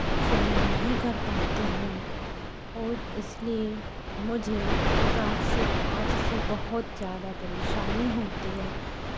सहन नहीं कर पाती हूँ और इसलिए मुझे उस आग से आंच से बहुत ज़्यादा परेशानी होती है